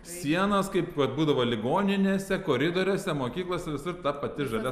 sienas kaip vat būdavo ligoninėse koridoriuose mokyklose visur ta pati žalia